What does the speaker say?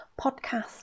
podcast